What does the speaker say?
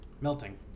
melting